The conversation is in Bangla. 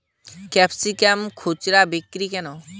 ক্যাপসিকাম খুচরা বিক্রি কেমন?